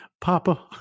Papa